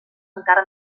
encara